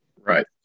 Right